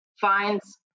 finds